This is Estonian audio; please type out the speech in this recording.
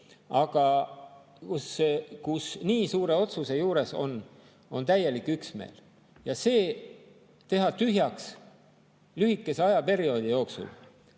kus nii suure otsuse juures on täielik üksmeel. Ja teha see tühjaks lühikese ajaperioodi jooksul,